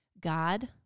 God